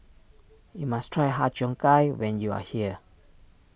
you must try Har Cheong Gai when you are here